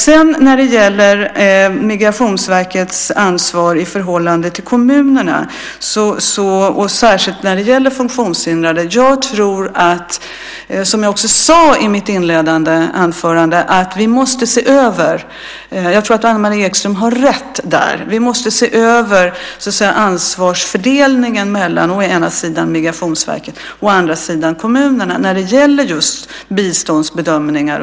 När det sedan gäller Migrationsverkets ansvar i förhållande till kommunerna, och särskilt när det gäller funktionshindrade, tror jag, som jag också sade i mitt inledande anförande, att Anne-Marie Ekström har rätt. Vi måste se över ansvarsfördelningen mellan å ena sidan Migrationsverket och å andra sidan kommunerna när det gäller just biståndsbedömningar.